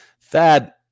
thad